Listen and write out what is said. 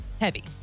heavy